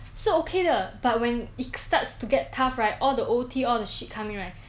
是 okay 的 but when it starts to get tough right all the O_T all the shit come in right